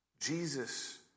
Jesus